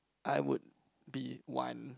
I would be one